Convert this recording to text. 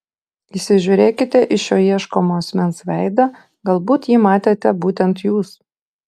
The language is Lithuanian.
įsižiūrėkite į šio ieškomo asmens veidą galbūt jį matėte būtent jūs